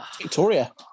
Victoria